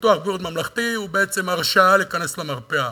ביטוח בריאות ממלכתי הוא בעצם הרשאה להיכנס למרפאה,